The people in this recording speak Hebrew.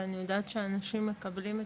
ואני יודעת שאנשים מקבלים,